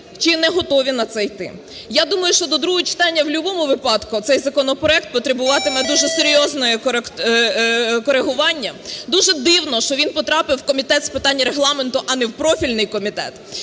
чи не готові на це йти. Я думаю, що до другого читання в любому випадку цей законопроект потребуватиме дуже серйозного корегування. Дуже дивно, що він потрапив в Комітет з питань Регламенту, а не в профільний комітет.